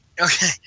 Okay